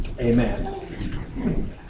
Amen